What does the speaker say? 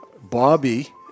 Bobby